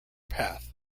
path